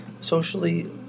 Socially